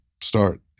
start